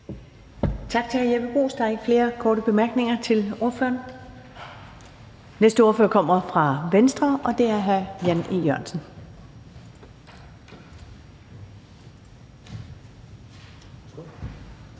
Tak til hr. Jeppe Bruus. Der er ikke flere korte bemærkninger til ordføreren. Den næste ordfører kommer fra Venstre, og det er hr. Jan E. Jørgensen.